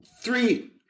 three